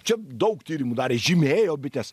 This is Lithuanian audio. čia daug tyrimų darė žymėjo bites